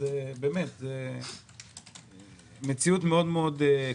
ובאילו ישובים.